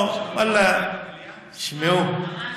אבל ממש.